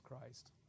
Christ